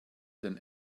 than